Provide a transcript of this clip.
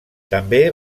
també